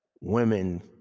women